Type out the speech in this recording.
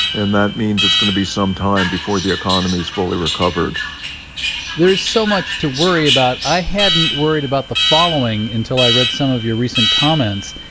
and that means it's going to be some time before the economy is fully recovered there's so much to worry about. i hadn't worried about the following until i read some of your recent comments.